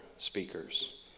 Speakers